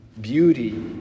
beauty